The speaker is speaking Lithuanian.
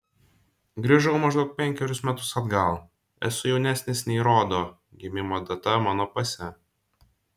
grįžau maždaug penkerius metus atgal esu jaunesnis nei rodo gimimo data mano pase